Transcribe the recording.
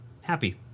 Happy